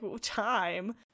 time